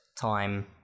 time